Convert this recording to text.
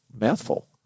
mouthful